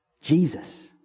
Jesus